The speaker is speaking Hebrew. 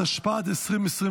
התשפ"ד 2024,